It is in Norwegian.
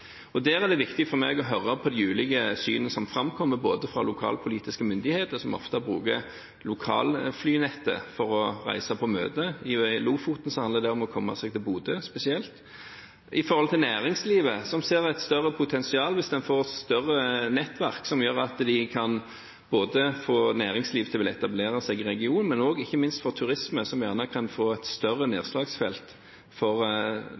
og kanskje internasjonalt. Der er det viktig for meg å høre på de ulike syn som framkommer både fra lokalpolitiske myndigheter, som ofte bruker lokalflynettet for å reise på møter – i Lofoten handler det spesielt om å komme seg til Bodø – og fra næringslivet, som ser et større potensial hvis en får et større nettverk. Da kan de få næringsliv til å etablere seg i regionene, og ikke minst kan turismen få et større nedslagsfelt for